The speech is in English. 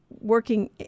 working